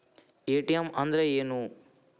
ATM ಅಂದ್ರ ಏನು?